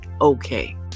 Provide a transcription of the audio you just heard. okay